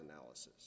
analysis